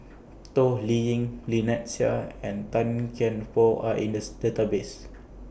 Toh Liying Lynnette Seah and Tan Kian Por Are in The Database